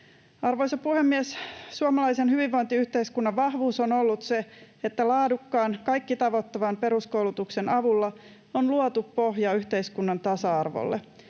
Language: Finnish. Arvoisa puhemies! Suomalaisen hyvinvointiyhteiskunnan vahvuus on ollut se, että laadukkaan, kaikki tavoittavan peruskoulutuksen avulla on luotu pohja yhteiskunnan tasa-arvolle.